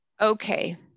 Okay